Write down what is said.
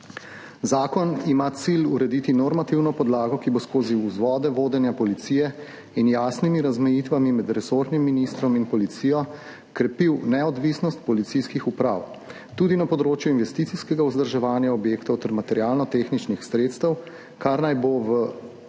Zakon ima cilj urediti normativno podlago, ki bo skozi vzvode vodenja policije in z jasnimi razmejitvami med resornim ministrom in policijo krepila neodvisnost policijskih uprav tudi na področju investicijskega vzdrževanja objektov ter materialno-tehničnih sredstev, kar naj bi v praksi,